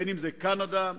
בהן קנדה,